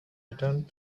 returned